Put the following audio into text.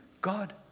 God